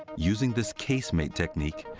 using this casemate technique,